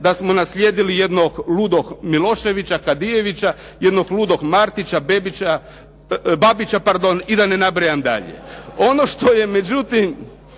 da smo naslijedili jednog ludog Miloševića, Kadijevića, jednog ludog Martića, Bebića, Babića, pardon, i da ne nabrajam dalje. Ono što je međutim,